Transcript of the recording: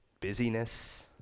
busyness